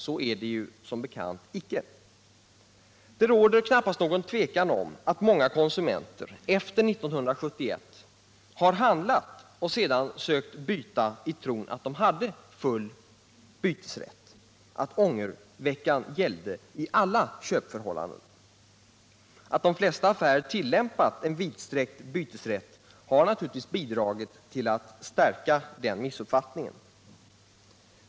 Så är det som bekant inte. Det råder knappast 1 något tvivel om att många konsumenter efter 1971 har handlat och sedan sökt byta i tron att de hade full bytesrätt, att ångerveckan gällde vid alla köp. Att de flesta affärer tillämpar en vidsträckt bytesrätt har naturligtvis bidragit till att stärka den missuppfattningen.